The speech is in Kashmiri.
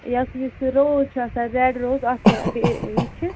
یَتھ یُس یہِ روٗز چھُ آسان ریٚڈ روٗز اَتھ کیاہ یہِ چھِ